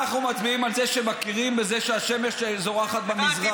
אנחנו מצביעים על זה שמכירים בזה שהשמש זורחת במזרח.